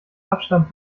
abstand